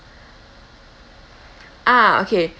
ah okay